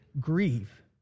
grieve